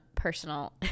personal